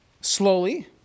slowly